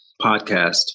podcast